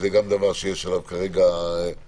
אני